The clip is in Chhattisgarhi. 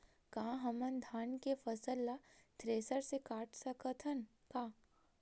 का हमन धान के फसल ला थ्रेसर से काट सकथन का?